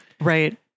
Right